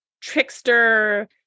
trickster